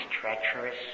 treacherous